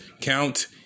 count